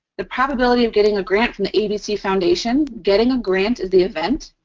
the probability of getting a grant from the abc foundation getting a grant is the event.